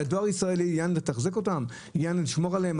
לדואר ישראל יהיה עניין לתחזק אותם ולשמור עליהם?